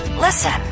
Listen